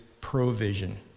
provision